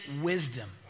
wisdom